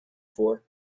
for